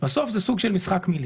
בסוף זה סוג של משחק מלים